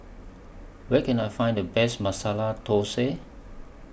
Where Can I Find The Best Masala Thosai